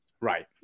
Right